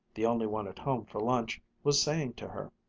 the only one at home for lunch, was saying to her.